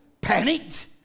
panicked